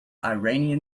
iranian